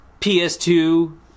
PS2